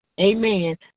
Amen